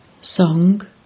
Song